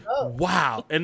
wow